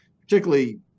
particularly